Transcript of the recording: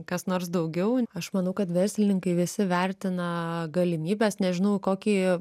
kas nors daugiau aš manau kad verslininkai visi vertina galimybes nežinau į kokį